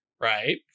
right